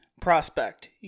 prospect